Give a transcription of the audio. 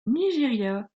nigeria